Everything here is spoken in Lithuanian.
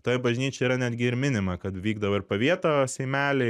toj bažnyčioj yra netgi ir minima kad vykdavo ir pavieto seimeliai